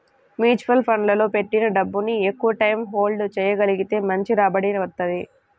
mutual ఫండ్లలో పెట్టిన డబ్బుని ఎక్కువటైయ్యం హోల్డ్ చెయ్యగలిగితే మంచి రాబడి వత్తది